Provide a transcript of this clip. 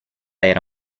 era